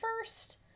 first